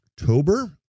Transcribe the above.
October